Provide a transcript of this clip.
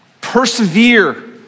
Persevere